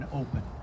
open